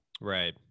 Right